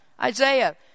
Isaiah